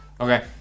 Okay